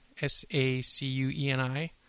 S-A-C-U-E-N-I